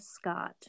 Scott